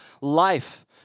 life